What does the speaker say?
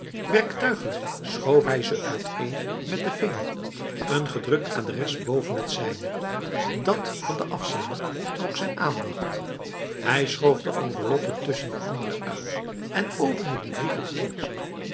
werktuiglijk schoof hij ze uiteen met de vinger een gedrukt adres boven het zijne dat van de afzender trok zijn aandacht hij schoof de enveloppe tussen de andere uit en opende die brief het eerst